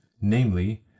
namely